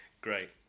Great